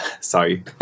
sorry